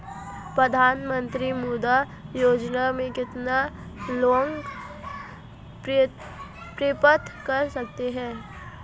प्रधानमंत्री मुद्रा योजना में कितना लोंन प्राप्त कर सकते हैं?